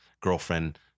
girlfriend